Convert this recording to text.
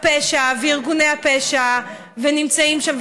הפשע וארגוני הפשע נמצאים שם.